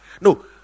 No